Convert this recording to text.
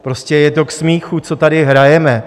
Prostě je to k smíchu, co tady hrajeme.